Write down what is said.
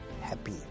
happy